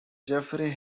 jeffrey